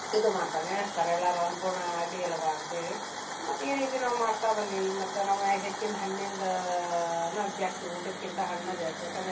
ಇದು ಮಾಡ್ತಾರೆ ನೆನೆಸ್ತಾರೆ ಎಲ್ಲರೂ ಅನ್ನಪೂರ್ಣ ಅಡ್ಡಿ ಇಲ್ಲವ್ವ ಅಂತೇಳಿ ಮತ್ತು ಈ ರೀತಿ ನಾವು ಮಾಡ್ತಾ ಬಂದೀವಿ ಮತ್ತು ನಮ್ಮ ಮನೆಯಾಗ ಹೆಚ್ಚಿನ ಹಣ್ಣಿಂದು ನ ಜಾಸ್ತಿ ಊಟಕ್ಕಿಂತ ಹಣ್ಣೇ ಜಾಸ್ತಿ ಯಾಕಂದ್ರೆ